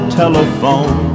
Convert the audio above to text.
telephone